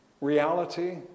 reality